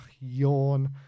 yawn